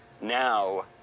now